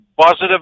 positive